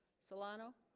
solano